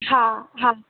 हा हा